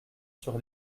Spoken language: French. sur